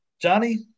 Johnny